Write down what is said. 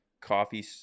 coffee